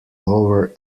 lower